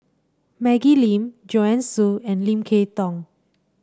Maggie Lim Joanne Soo and Lim Kay Tong